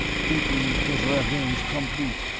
thinking his revenge complete.